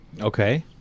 Okay